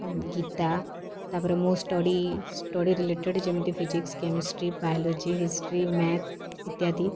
ଗୀତା ତା'ପରେ ମୋ study study related ଯେମିତି physics chemistry biology history math ଇତ୍ୟାଦି